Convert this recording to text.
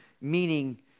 Meaning